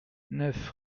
neuf